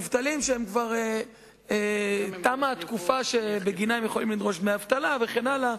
שכבר תמה התקופה שבגינה הם יכולים לדרוש דמי אבטלה וכן הלאה,